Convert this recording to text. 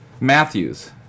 Matthews